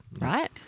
right